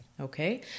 Okay